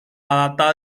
data